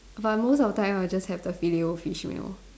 but most of the time I just have the Filet-O-Fish meal